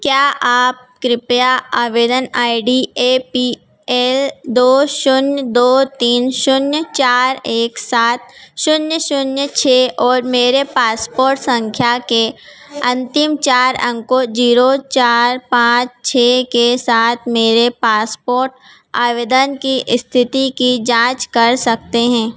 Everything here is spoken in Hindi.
क्या आप कृपया आवेदन I D A P L दो शून्य दो तीन शून्य चार एक सात शून्य शून्य छह और मेरे पासपोर्ट सँख्या के अन्तिम चार अंकों ज़ीरो चार पाँच छह के साथ मेरे पासपोर्ट आवेदन की इस्थिति की जाँच कर सकते हैं